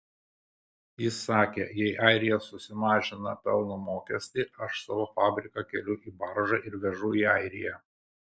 jis sakė jei airija susimažina pelno mokestį aš savo fabriką keliu į baržą ir vežu į airiją